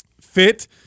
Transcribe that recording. fit